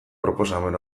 proposamen